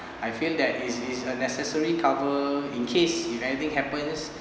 I feel that is is a necessary cover in case if anything happens